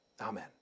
Amen